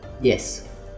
Yes